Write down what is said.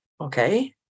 Okay